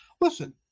Listen